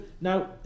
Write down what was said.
now